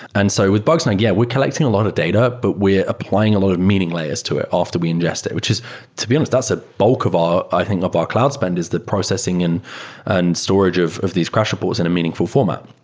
and so with bugsnag, yeah, we're collecting a lot of data, but we're applying a lot of meaning layers to it off to be ingested, which is to be honest, that's a bulk of our i think of our cloud spend is that processing and and storage of of these crash reports in a meaningful format.